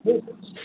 ठीक